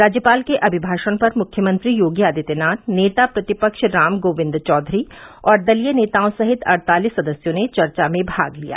राज्यपाल के अमिभाषण पर मुख्यमंत्री योगी आदित्यनाथ नेता प्रतिपक्ष रामगोविन्द चौधरी और दलीय नेताओं सहित अड़तालीस सदस्यों ने चर्चा में भाग लिया